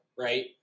Right